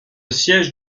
siège